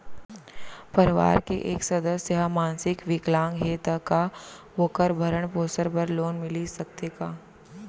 परवार के एक सदस्य हा मानसिक विकलांग हे त का वोकर भरण पोषण बर लोन मिलिस सकथे का?